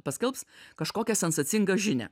paskelbs kažkokią sensacingą žinią